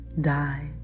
die